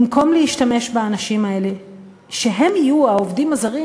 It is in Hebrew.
במקום להשתמש באנשים האלה שהם יהיו העובדים הזרים,